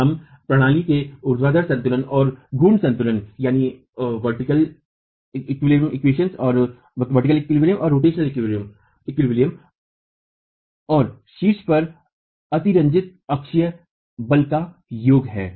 और हम प्रणाली में ऊर्ध्वाधर संतुलन और घूर्णी संतुलन में दो स्थितियों के लिए संतुलन समीकरण लिख सकते हैं